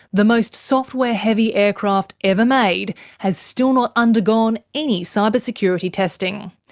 the most software-heavy aircraft ever made has still not undergone any cyber security testing,